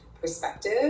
perspective